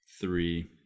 three